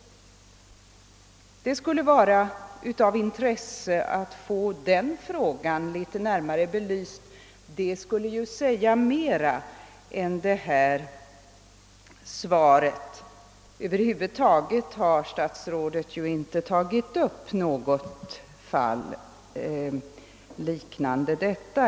Det skulle vara av intresse att få den frågan litet närmare belyst. Det skulle säga mera än det givna svaret. över huvud taget har ju statsrådet inte tagit upp eller närmare utvecklat något fall liknande detta.